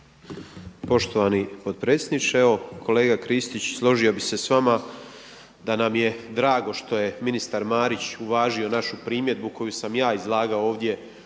Poštovani potpredsjedniče, evo kolega Kristić složio bi se s vama da nam je drago što je ministar Marić uvažio našu primjedbu koju sam ja izlagao ovdje